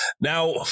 Now